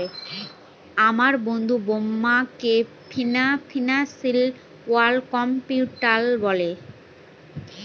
আমার বন্ধু বোম্বেকে ফিনান্সিয়াল ক্যাপিটাল বলে